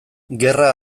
gerra